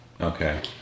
Okay